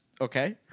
okay